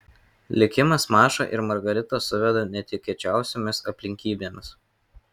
likimas mašą ir margaritą suveda netikėčiausiomis aplinkybėmis